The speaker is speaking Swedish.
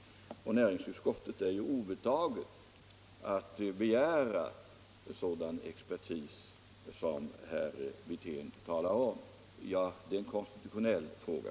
Det är ju näringsutskottet obetaget att begära sådan expertis som herr Wirtén talar om. Det är självfallet en konstitutionell fråga.